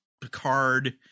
picard